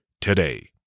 today